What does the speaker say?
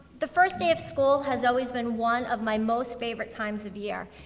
the first day of school has always been one of my most favorite times of year.